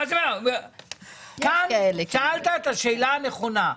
כאן שאלת את השאלה הנכונה.